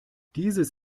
dieses